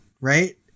Right